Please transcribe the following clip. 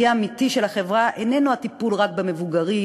הראי האמיתי של החברה איננו הטיפול רק במבוגרים,